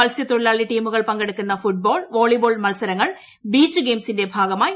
മത്സ്യത്തൊഴിലാളി ടീമുകൾ പങ്കെടുക്കുന്ന ഫുട്ബോൾ വോളിബോൾ മത്സരങ്ങൾ ബീച്ച് ഗെയിംസിന്റെ ഭാഗമായി നടക്കും